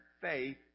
faith